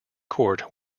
court